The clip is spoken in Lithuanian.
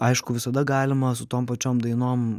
aišku visada galima su tom pačiom dainom